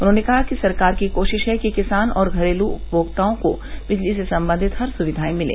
उन्होंने कहा कि सरकार की कोशिश है कि किसान और घरेलू उपभोक्ताओं को बिजली से संबंधित हर सुक्धिाएं मिले